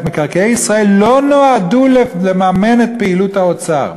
מקרקעי ישראל לא נועדו לממן את פעילות האוצר,